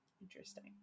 interesting